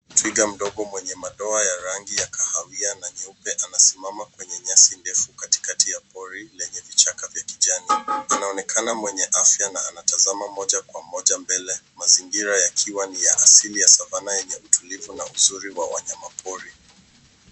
Twiga mdogo mwenye madoa ya rangi ya kahawia na nyeupe anasimama kwenye nyasi ndefu katikati ya pori lenye vichaka vya kijani. Anaonekana mwenye afya na anatazama moja kwa moja mbele mazingira yakiwa ni ya asili ya savana yenye utulivu na uzuri wa wanyamapori.